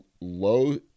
Low